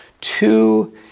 two